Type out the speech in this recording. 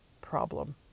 problem